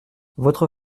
votre